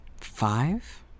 five